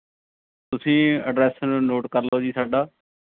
ਤੁਸੀਂ address note ਕਰ ਲਵੋ ਜੀ ਸਾਡਾ